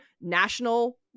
National